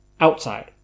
outside